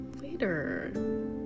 later